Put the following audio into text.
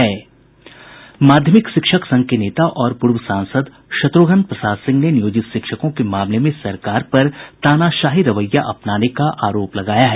माध्यमिक शिक्षक संघ के नेता और पूर्व सांसद शत्रुघ्न प्रसाद सिंह ने नियोजित शिक्षकों के मामले में सरकार पर तानाशाही रवैया अपनाने का आरोप लगाया है